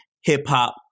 hip-hop